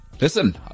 Listen